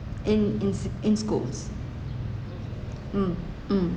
in in s~ in schools mm mm